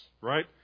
right